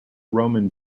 roman